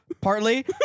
partly